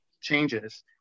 changes